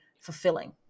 fulfilling